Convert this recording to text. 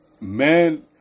Man